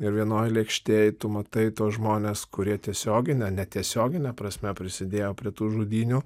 ir vienoj lėkštėj tu matai tuos žmones kurie tiesiogine netiesiogine prasme prisidėjo prie tų žudynių